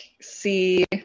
see